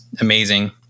amazing